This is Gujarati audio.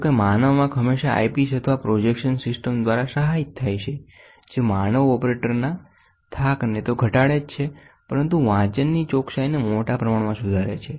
જો કે માનવ આંખ હંમેશાં આઈપિસ અથવા પ્રોજેક્શન સિસ્ટમ દ્વારા સહાયિત થાય છે જે માનવ ઓપરેટરના થાકને તો ઘટાડે જ છે પરંતુ વાંચનની ચોકસાઈને મોટા પ્રમાણમાં સુધારે છે